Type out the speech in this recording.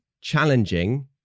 challenging